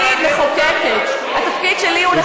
אני מחוקקת, התפקיד שלי הוא לחוקק.